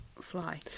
Fly